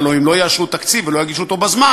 והלוא אם לא יאשרו תקציב ולא יגישו אותו בזמן,